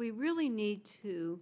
we really need to